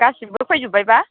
गासिबो फैजोब्बायबा